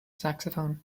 saxophone